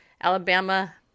Alabama